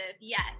yes